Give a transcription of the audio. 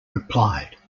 replied